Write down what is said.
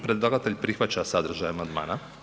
Predlagatelj prihvaća sadržaj amandmana.